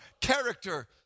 character